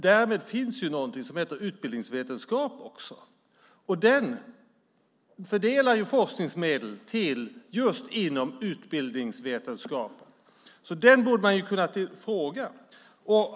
Därmed finns det något som heter utbildningsvetenskap och man fördelar forskningsmedel just inom utbildningsvetenskap. Man borde kunna fråga dem.